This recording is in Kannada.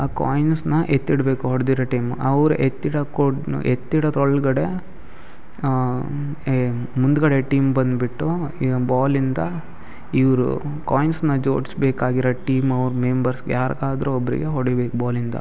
ಆ ಕಾಯಿನ್ಸನ್ನ ಎತ್ತಿಡಬೇಕು ಹೊಡೆದಿರೋ ಟೀಮು ಅವರೇ ಎತ್ತಿಡಕ್ಕೆ ಕೊಡ್ ನೋ ಎತ್ತಿಡೊದ್ ಒಳಗಡೆ ಏ ಮುಂದುಗಡೆ ಟೀಮ್ ಬಂದ್ಬಿಟ್ಟು ಈಗ ಬಾಲಿಂದ ಇವರು ಕಾಯ್ನ್ಸನ್ನ ಜೋಡ್ಸ್ಬೇಕಾಗಿರೊ ಟೀಮವ್ರ ಮೆಂಬರ್ಸ್ ಯಾರಿಗಾದ್ರೂ ಒಬ್ಬರಿಗೆ ಹೊಡಿಬೇಕು ಬಾಲಿಂದ